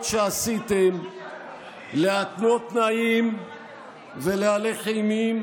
שעשיתם להתנות תנאים ולהלך אימים